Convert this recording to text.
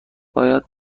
باید